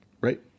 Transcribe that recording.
right